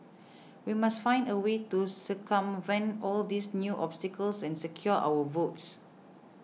we must find a way to circumvent all these new obstacles and secure our votes